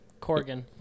Corgan